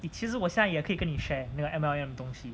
eh 其实我现在也可以跟你 share 那个 M_L_M 的东西